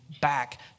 back